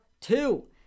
two